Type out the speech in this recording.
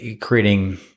creating